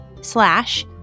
slash